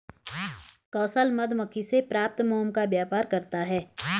कौशल मधुमक्खी से प्राप्त मोम का व्यापार करता है